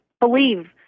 believe